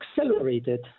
accelerated